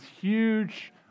huge